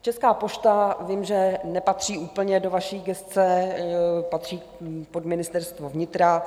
Vím, že Česká pošta nepatří úplně do vaší gesce, patří pod Ministerstvo vnitra.